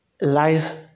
lies